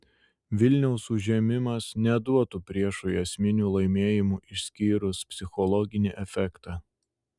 vilniaus užėmimas neduotų priešui esminių laimėjimų išskyrus psichologinį efektą